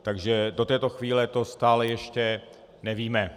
Takže do této chvíle to stále ještě nevíme.